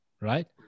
right